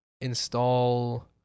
install